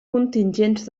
contingents